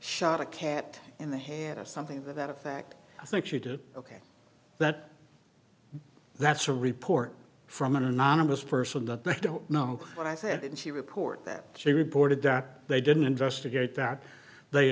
shot a cat in the hand of something that that effect i think she did ok that that's a report from an anonymous person that they don't know what i said and she reported that she reported that they didn't investigate that they